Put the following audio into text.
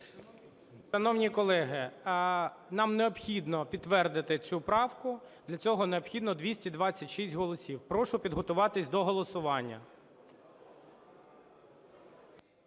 Шановні колеги, нам необхідно підтвердити цю правку. Для цього необхідно 226 голосів. Прошу підготуватись до голосування.